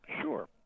Sure